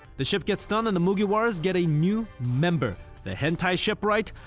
the ship gets done and the mugiwaras get a new member, the hentai shipwright,